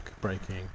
breaking